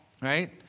right